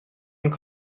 und